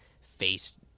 face